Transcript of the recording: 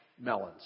melons